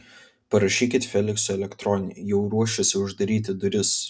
parašykit feliksui elektroninį jau ruošėsi uždaryti duris